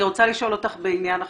אני רוצה לשאול אותך בעניין אחר.